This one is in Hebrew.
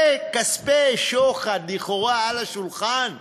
זה כספי שוחד, לכאורה על השולחן,